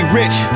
rich